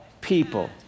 people